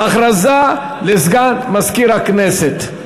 הכרזה לסגן מזכירת הכנסת.